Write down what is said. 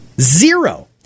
Zero